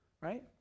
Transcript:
Right